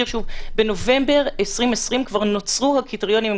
בנובמבר 2020 כבר נוצרו הקריטריונים,